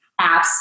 apps